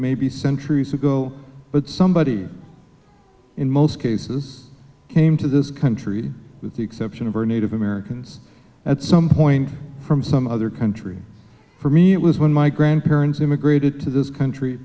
may be centuries ago but somebody in most cases came to this country with the exception of our native americans at some point from some other country for me it was when my grandparents immigrated to this country